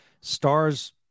Stars